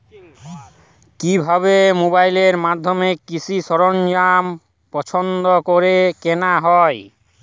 কিভাবে মোবাইলের মাধ্যমে কৃষি সরঞ্জাম পছন্দ করে কেনা হয়?